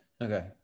Okay